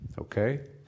Okay